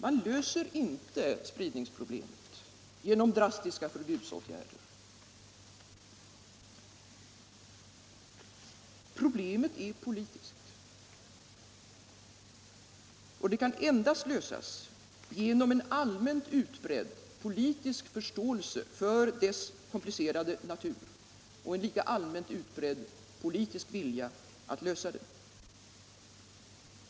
Man löser inte spridningsproblemet genom drastiska förbudsåtgärder. Problemet är politiskt och det kan endast lösas genom en allmänt utbredd politisk förståelse för dess komplicerade natur och en lika allmänt utbredd politisk vilja att lösa det.